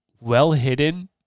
Well-hidden